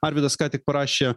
arvydas ką tik parašė